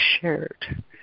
shared